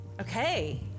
Okay